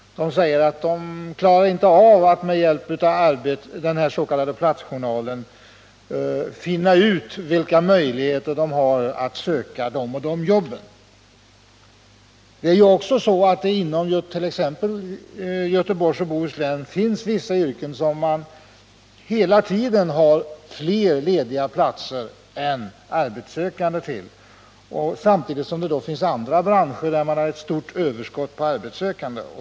De säger att de inte klarar av att med hjälp av den s.k. platsjournalen finna ut vilka möjligheter de har att söka de olika jobben. Nr 42 Inom t.ex. Göteborgs och Bohus län finns också vissa yrkesgrupper, där hela tiden antalet lediga platser är större än antalet arbetssökande, samtidigt som det finns andra branscher med stort överskott arbetssökande.